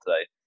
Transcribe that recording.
today